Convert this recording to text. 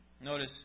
Notice